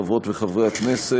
תודה רבה, חברות וחברי הכנסת,